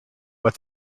but